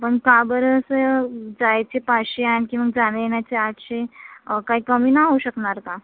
पण का बरं असं जायचे पाचशे आणखी मग जाणंयेण्याचे आठशे काही कमी नाही होऊ शकणार का